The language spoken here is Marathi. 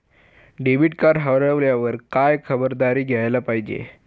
डेबिट कार्ड हरवल्यावर काय खबरदारी घ्यायला पाहिजे?